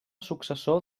successor